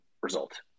result